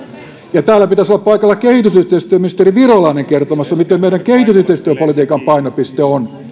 ja täällä pitäisi kehitysyhteistyöministeri virolaisen olla paikalla kertomassa miten meidän kehitysyhteistyöpolitiikan painopiste on se